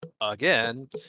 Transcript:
again